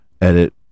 edit